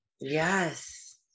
Yes